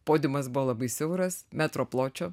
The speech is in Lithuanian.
podiumas buvo labai siauras metro pločio